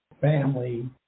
family